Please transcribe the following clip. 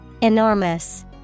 Enormous